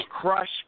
Crush